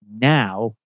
now